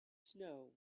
snow